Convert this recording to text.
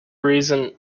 reason